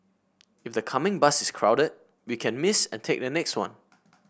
if the coming bus is crowded we can miss and take the next one